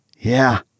Yeah